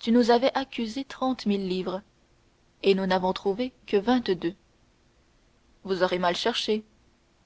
tu nous avais accusé trente mille livres et nous n'en avons trouvé que vingt-deux vous aurez mal cherché